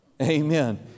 Amen